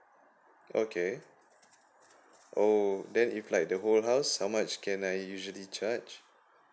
okay oh then if like the whole house how much can I usually charge